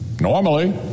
Normally